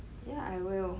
yeah I will